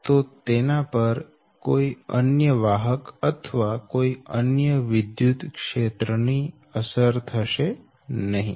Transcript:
તેથી તેના પર કોઈ અન્ય વાહક અથવા કોઈ અન્ય વિદ્યુતક્ષેત્ર ની અસર થશે નહીં